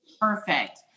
Perfect